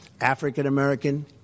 African-American